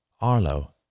Arlo